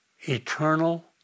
eternal